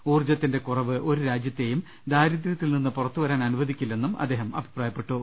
ഊർജ്ജത്തിന്റെ കുറവ് ഒരു രാജ്യത്തെയും ദാരി ദ്ര്യത്തിൽ നിന്ന് പുറത്തുവരാൻ അനുവദിക്കില്ലെന്നും അദ്ദേഹം അഭിപ്രായപ്പെട്ടു